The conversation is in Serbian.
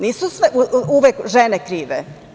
Nisu uvek žene krive.